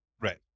Right